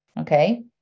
okay